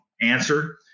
answer